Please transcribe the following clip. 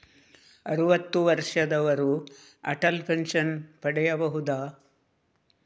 ಅರುವತ್ತು ವರ್ಷದವರು ಅಟಲ್ ಪೆನ್ಷನ್ ಪಡೆಯಬಹುದ?